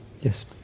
Yes